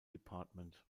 department